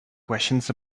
questions